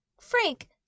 Frank